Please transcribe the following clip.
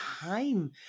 time